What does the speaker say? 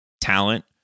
talent